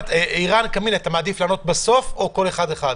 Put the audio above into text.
עירן קמין, אתה מעדיף לענות בסוף או אחד אחד?